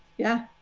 yeah.